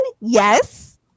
Yes